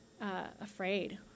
afraid